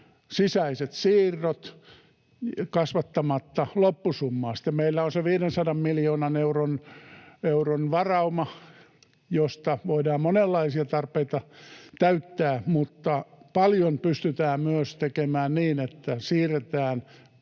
sisäiset siirrot kasvattamatta loppusummaa. Sitten meillä on se 500 miljoonan euron varauma, josta voidaan monenlaisia tarpeita täyttää. Mutta paljon pystytään myös tekemään niin, että siirretään